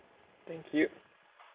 thank you